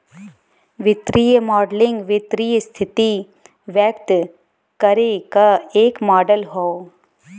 वित्तीय मॉडलिंग वित्तीय स्थिति व्यक्त करे क एक मॉडल हौ